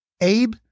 Abe